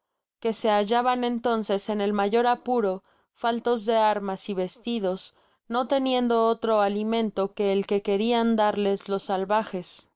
que se hallaban entonces en el mayor apuro faltos de armas y vestidos no teniendo otro alimento que el que querian darle los salvajes